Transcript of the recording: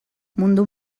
mundu